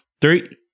Three